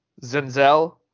Zenzel